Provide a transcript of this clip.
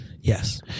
yes